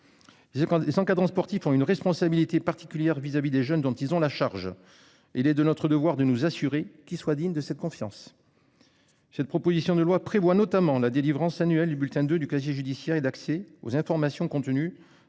s'encadrants sportifs ont une responsabilité particulière vis-à-vis des jeunes dont ils ont la charge. Il est de notre devoir de nous assurer qu'ils soit digne de cette confiance. Cette proposition de loi prévoit notamment la délivrance annuel les bulletins de du casier judiciaire et d'accès aux informations contenues